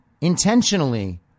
intentionally